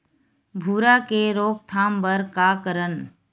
भूरा के रोकथाम बर का करन?